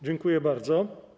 Dziękuję bardzo.